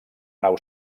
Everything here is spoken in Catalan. nau